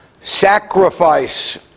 sacrifice